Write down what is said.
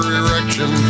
erection